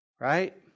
Right